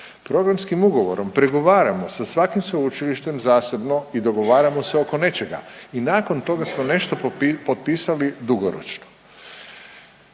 Programskim ugovorom pregovaramo sa svakim sveučilištem zasebno i dogovaramo se oko nečega i nakon toga smo nešto potpisali dugoročno.